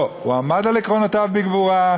לא, הוא עמד על עקרונותיו בגבורה,